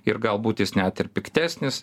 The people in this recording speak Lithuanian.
ir galbūt jis net ir piktesnis